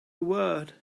word